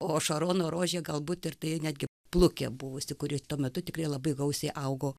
o šarono rožė galbūt ir tai netgi plukė buvusi kuri tuo metu tikrai labai gausiai augo